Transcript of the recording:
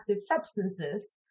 substances